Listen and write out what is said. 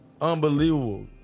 unbelievable